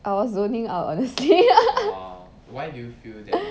I was zoning out honestly